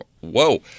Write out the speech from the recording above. whoa